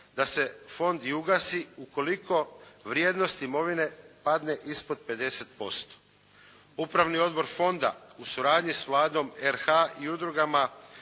da se fond i ugasi ukoliko vrijednost imovine padne ispod 50%. Upravni odbor fonda u suradnji sa Vladom RH i udrugama